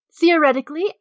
Theoretically